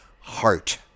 heart